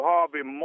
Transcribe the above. Harvey